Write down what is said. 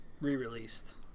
re-released